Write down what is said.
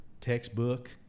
textbook